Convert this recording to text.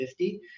50